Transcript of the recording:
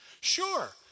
Sure